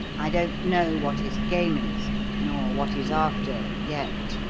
i don't know what his game is nor what he's after yet,